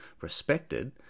respected